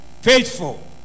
faithful